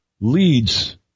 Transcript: leads